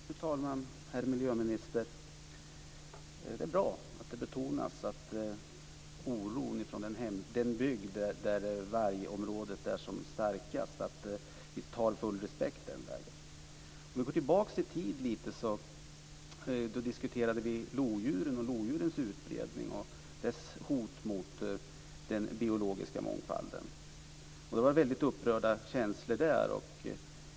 Fru talman! Herr miljöminister! Det är bra att det betonas att vi visar full respekt för oron i den bygd där vargstammen är som starkast. Vi kan gå tillbaka i tiden, då vi diskuterade lodjuren och deras utbredning och hot mot den biologiska mångfalden. Då var det upprörda känslor.